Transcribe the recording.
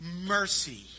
mercy